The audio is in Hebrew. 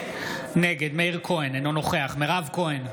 נגד מאיר כהן, אינו נוכח מירב כהן,